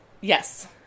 Yes